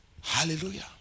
Hallelujah